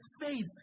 faith